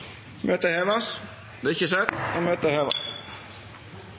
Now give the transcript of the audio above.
møtet vert heva? – Det har ikkje skjedd, og møtet er heva.